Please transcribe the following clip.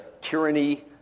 tyranny